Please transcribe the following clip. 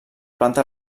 planta